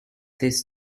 this